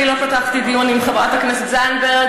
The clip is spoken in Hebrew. אני לא פתחתי דיון עם חברת הכנסת זנדברג